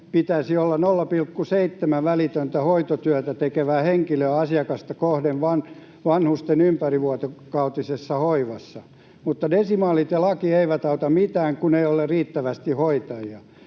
hoivassa olla 0,7 välitöntä hoitotyötä tekevää henkilöä asiakasta kohden, mutta desimaalit ja laki eivät auta mitään, kun ei ole riittävästi hoitajia.